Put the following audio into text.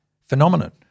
phenomenon